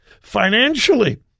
Financially